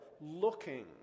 looking